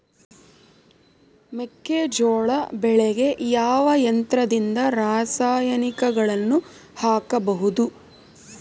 ಮೆಕ್ಕೆಜೋಳ ಬೆಳೆಗೆ ಯಾವ ಯಂತ್ರದಿಂದ ರಾಸಾಯನಿಕಗಳನ್ನು ಹಾಕಬಹುದು?